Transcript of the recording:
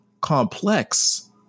complex